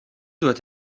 doit